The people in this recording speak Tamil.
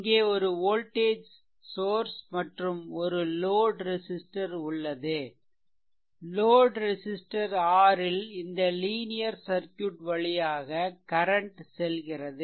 இங்கே ஒரு வோல்டேஜ் சோர்ஸ் மற்றும் ஒரு லோட் ரெசிஸ்ட்டர் லோட் ரெசிஸ்ட்டர்R ல் இந்த லீனியர் சர்க்யூட் வழியாக கரன்ட் செல்கிறது